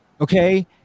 Okay